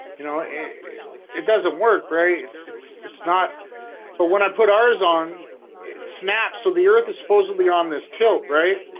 you know it doesn't work. right it's it's it's not but when i put ours on it snaps so the earth is supposedly on this tilt, right?